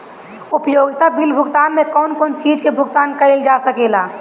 उपयोगिता बिल भुगतान में कौन कौन चीज के भुगतान कइल जा सके ला?